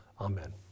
Amen